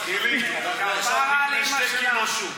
לא צריך שום.